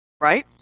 Right